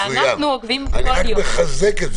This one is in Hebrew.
אני רק מחזק.